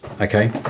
okay